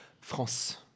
France